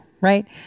right